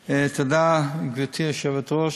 תודה, גברתי היושבת-ראש.